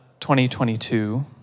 2022